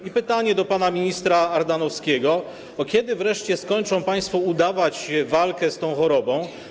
I pytanie do pana ministra Ardanowskiego: Kiedy wreszcie skończą państwo udawać walkę z tą chorobą?